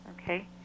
okay